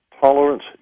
Tolerance